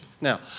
now